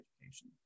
education